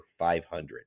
500